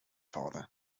father